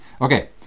Okay